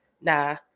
Nah